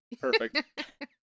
Perfect